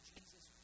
Jesus